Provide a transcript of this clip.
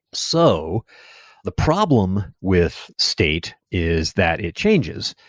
so the problem with state is that it changes.